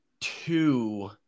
two